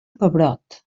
pebrot